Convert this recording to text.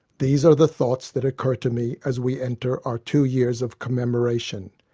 these are the thoughts that occur to me as we enter our two years of commemoration.